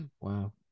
wow